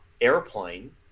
airplane